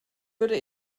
würde